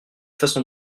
façon